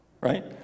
right